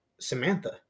samantha